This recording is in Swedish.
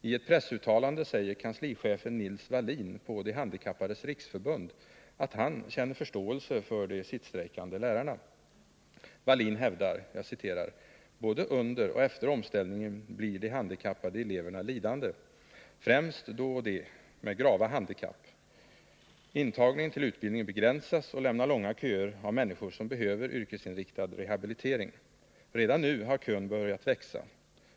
I ett pressuttalande säger kanslichefen Nils Wallin på De handikappades riksförbund att han har förståelse för de sittstrejkande lärarna. Wallin hävdar: ”Både under och efter omställningen blir de handikappade eleverna lidande, främst då de med grava handikapp. Intagningen till utbildningen begränsas och lämnar långa köer av människor som behöver yrkesinriktad rehabilitering. Redan nu har kön börjat växa.